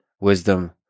wisdom